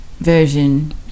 version